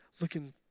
looking